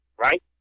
right